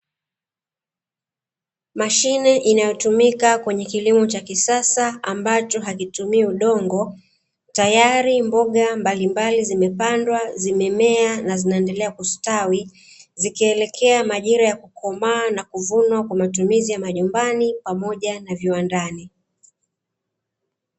Mashine inayotumika kwenye kilimo cha kisasa ambacho hakitumii udongo, tayari mboga mbalimbali zimepandwa, zimemea na zinaendelea kustawi, zikielekea majira ya kukomaa na kuvunwa, kwa matumizi ya majumbani pamoja na viwandani.